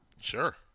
Sure